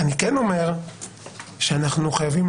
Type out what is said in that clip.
אני כן אומר שאנחנו חייבים